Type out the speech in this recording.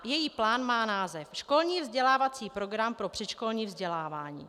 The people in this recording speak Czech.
Její plán má název Školní vzdělávací program pro předškolní vzdělávání.